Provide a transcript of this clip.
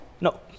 No